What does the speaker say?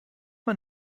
man